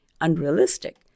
unrealistic